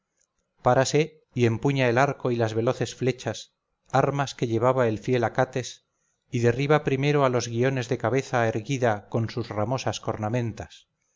párase y empuña el arco y las veloces flechas armas que llevaba el fiel acates y derriba primero a los guiones de cabeza erguida con sus ramosas cornamentas